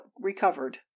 recovered